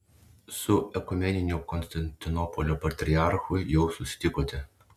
su ekumeniniu konstantinopolio patriarchu jau susitikote